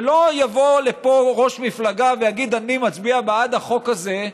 שלא יבוא לפה ראש מפלגה ויגיד: אני מצביע בעד החוק הזה,